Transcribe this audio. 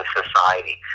society